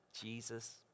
Jesus